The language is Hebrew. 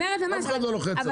אף אחד לא לוחץ פה,